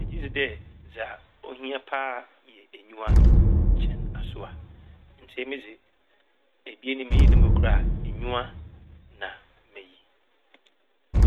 Megye dzi dɛ dza ohia paa yɛ enyiwa kyɛn asowa. Ntsi emi dze ebien yi miriyi no mu kor a enyiwa na meyi.